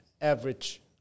average